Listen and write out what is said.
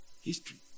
history